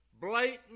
blatant